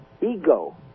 ego